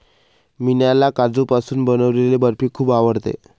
मीनाला काजूपासून बनवलेली बर्फी खूप आवडते